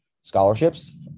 scholarships